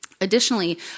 Additionally